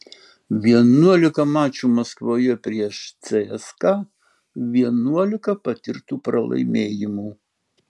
vienuolika mačų maskvoje prieš cska vienuolika patirtų pralaimėjimų